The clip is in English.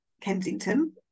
Kensington